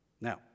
Now